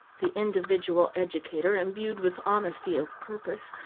the individual educator imbued with honesty of purpose,